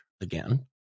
again